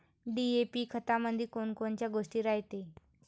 DAP खतामंदी कोनकोनच्या गोष्टी रायते?